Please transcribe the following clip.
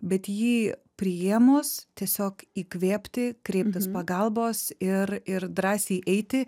bet jį priėmus tiesiog įkvėpti kreiptis pagalbos ir ir drąsiai eiti